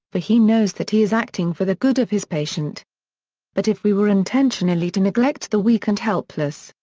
for he knows that he is acting for the good of his patient but if we were intentionally to neglect the weak and helpless,